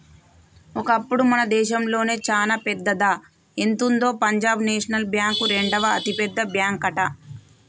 ఒకప్పుడు మన దేశంలోనే చానా పెద్దదా ఎంతుందో పంజాబ్ నేషనల్ బ్యాంక్ రెండవ అతిపెద్ద బ్యాంకట